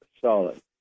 solid